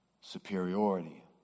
superiority